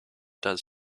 does